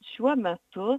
šiuo metu